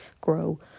grow